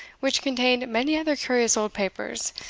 which contained many other curious old papers,